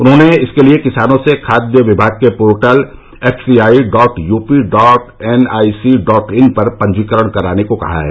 उन्होंने इसके लिए किसानों से खाद्य विभाग के portal F C I dot UP dot NIC dot in पर पंजीकरण कराने को कहा है